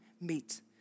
meet